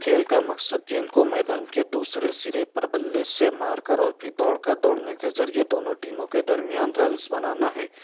کھیل کا مقصد گیند کو میدان کے دوسرے سرے پر بلے سے مار کر اور پھر دوڑ کر دوڑ نے کے ذریعے دونوں ٹیموں کے درمیان رنز بنانا ہے